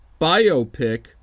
biopic